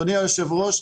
אדוני היושב-ראש,